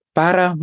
para